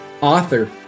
author